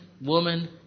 woman